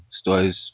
stories